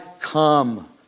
come